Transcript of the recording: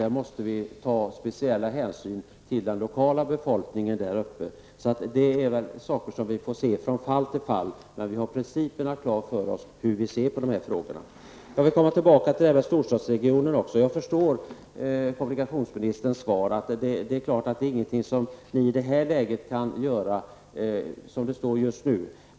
Där måste man ta speciella hänsyn till den lokala befolkningen. Bedömningarna måste göras från fall till fall, men vi har principerna klara för oss. När det gäller storstadsregioner har jag förståelse för kommunikationsministerns svar, att det inte finns någonting som i det här läget kan göras.